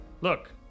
Look